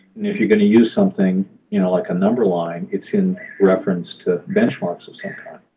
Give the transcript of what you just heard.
and if you're going to use something you know like a number line, it's in reference to benchmarks of some kind.